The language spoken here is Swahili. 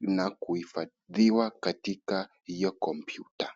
na kuhifadhiwa katika hiyo kompyuta.